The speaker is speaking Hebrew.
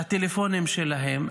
בטלפונים שלהם.